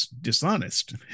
dishonest